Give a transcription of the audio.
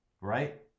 right